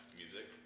music